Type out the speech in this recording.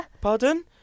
pardon